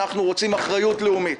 אנחנו רוצים אחריות לאומית.